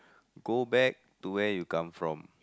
go back to where you come from